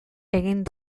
egin